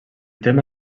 tema